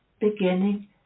beginning